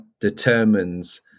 determines